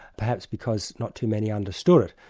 perhaps because not too many understood it.